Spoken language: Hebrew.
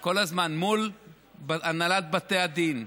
כל הזמן מול הנהלת בתי הדין,